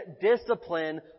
discipline